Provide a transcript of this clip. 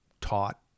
taught